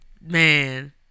Man